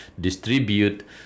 distribute